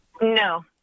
No